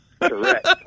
Correct